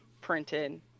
printed